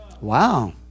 Wow